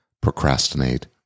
procrastinate